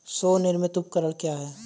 स्वनिर्मित उपकरण क्या है?